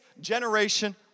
generation